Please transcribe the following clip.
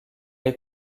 est